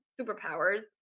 superpowers